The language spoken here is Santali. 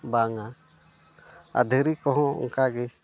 ᱵᱟᱝᱟ ᱟᱨ ᱫᱷᱤᱨᱤ ᱠᱚᱦᱚᱸ ᱚᱱᱠᱟᱜᱮ